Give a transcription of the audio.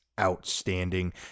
outstanding